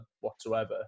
whatsoever